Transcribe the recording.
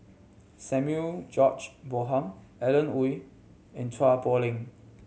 Samuel George Bonham Alan Oei and Chua Poh Leng